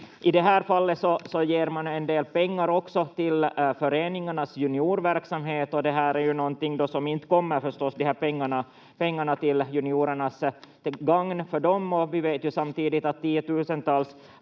I det här fallet ger man en del pengar också till föreningarnas juniorverksamhet, och de här pengarna är ju någonting som inte kommer till gagn för juniorerna. Vi vet ju samtidigt att tiotusentals